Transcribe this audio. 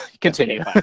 Continue